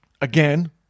again